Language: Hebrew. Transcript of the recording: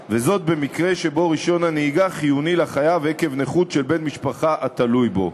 במקרה שבו רישיון הנהיגה חיוני לחייב עקב נכות של בן משפחה התלוי בו.